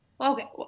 Okay